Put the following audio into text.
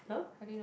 !huh!